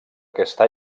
aquesta